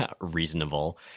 Reasonable